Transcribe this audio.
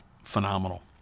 Phenomenal